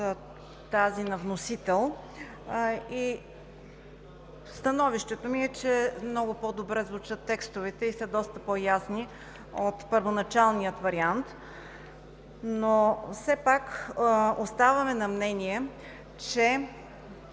тази на вносителя. Становището ми е, че текстовете много по-добре звучат и са доста по-ясни от първоначалния вариант. Но все пак оставяме на мнение, че